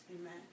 Amen